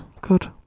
Good